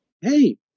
Hey